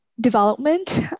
development